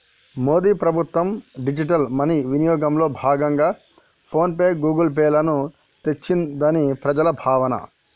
మోడీ ప్రభుత్వం digital money వినియోగంలో భాగంగా ఫోన్ పే, గూగుల్ పే లను తెచ్చిందని ప్రజల భావన